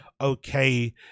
okay